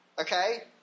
okay